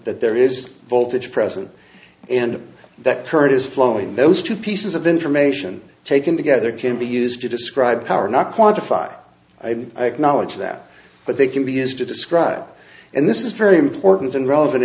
that there is a voltage present and that current is flowing those two pieces of information taken together can be used to describe power not quantify i acknowledge that but they can be used to describe and this is very important and relevant